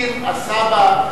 עם הסבא,